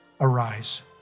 arise